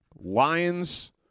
Lions